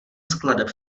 skladeb